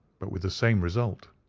but with the same result.